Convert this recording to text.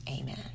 amen